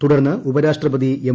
തുടർന്ന് ഉപരാഷ്ട്രപതി എം